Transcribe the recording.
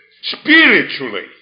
spiritually